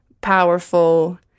powerful